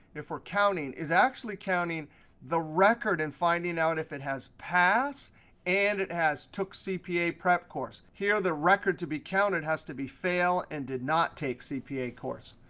if we're counting, is actually counting the record in finding out if it has pass and it has took cpa prep course. here, the record to be counted has to be fail and did not take cpa course.